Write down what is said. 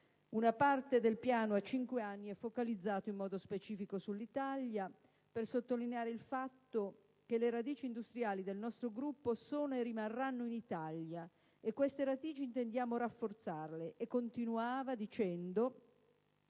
una parte del piano, a cinque anni, è focalizzata in modo specifico sull'Italia per sottolineare il fatto che le radici industriali del gruppo sono e rimarranno in Italia e che queste radici si intendono rafforzare. Continuava dicendo